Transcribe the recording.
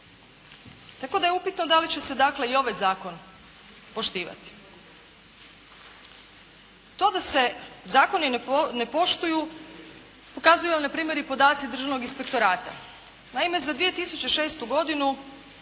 tako da je upitno da li će se dakle i ovaj zakon poštivati. To da se zakoni ne poštuju pokazuju vam npr. i podaci Državnog inspektorata. Naime, za 2006. godinu